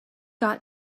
got